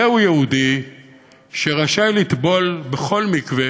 זהו יהודי שרשאי לטבול בכל מקווה,